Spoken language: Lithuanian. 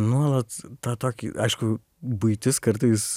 nuolat tą tokį aišku buitis kartais